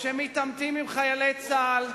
שמתעמתים עם חיילי צה"ל,